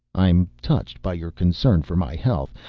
i'm touched by your concern for my health,